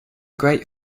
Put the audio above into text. great